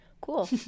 Cool